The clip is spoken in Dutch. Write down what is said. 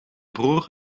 broer